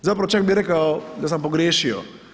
Zapravo, čak bi rekao ga sam pogriješio.